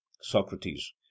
socrates